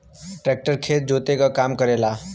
tractor खेत जोते क काम करेला